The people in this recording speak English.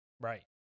Right